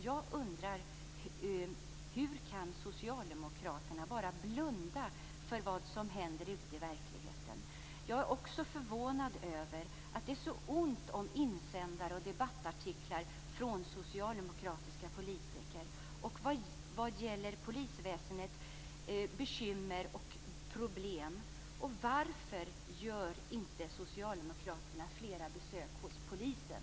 Jag undrar hur socialdemokraterna bara kan blunda för vad som händer ute i verkligheten. Jag är också förvånad över att det är så ont om insändare och debattartiklar från socialdemokratiska politiker vad gäller polisväsendets bekymmer och problem. Och varför gör socialdemokraterna inte fler besök hos polisen?